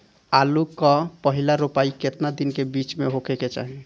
आलू क पहिला रोपाई केतना दिन के बिच में होखे के चाही?